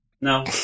No